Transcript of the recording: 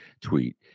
tweet